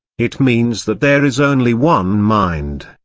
it means that there is only one mind,